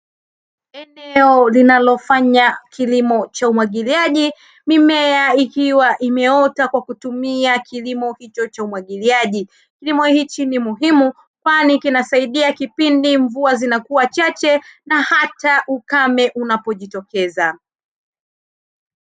Eneo linalofanya kilimo cha umwagiliaji mimea, ikiwa imeota kwa kutumia kilimo hicho cha umwagiliaji, kilimo hichi ni muhimu kwani kinasaidia kipindi mvua zinakuwa chache na hata ukame unapojitokeza.